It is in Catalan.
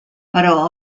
però